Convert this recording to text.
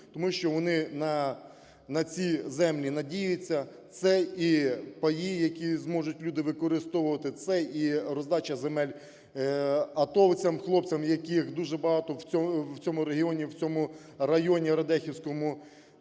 тому що вони на ці землі надіються. Це і паї, які зможуть люди використовувати, це і роздача земель атовцям, хлопцям, яких дуже багато в цьому регіоні, в цьому